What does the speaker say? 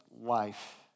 life